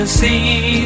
see